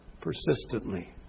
persistently